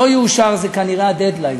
אם לא יאושר, זה כנראה ה"דד-ליין".